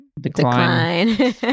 decline